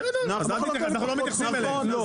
בסדר אז אנחנו לא מתייחסים אליהם.